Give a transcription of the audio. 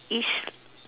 is